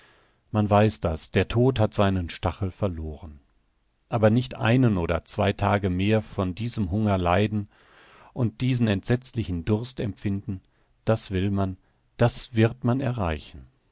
man weiß das der tod hat seinen stachel verloren aber nicht einen oder zwei tage mehr von diesem hunger leiden und diesen entsetzlichen durst empfinden das will man das wird man erreichen